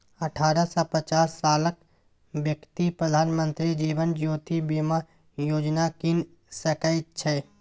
अठारह सँ पचास सालक बेकती प्रधानमंत्री जीबन ज्योती बीमा योजना कीन सकै छै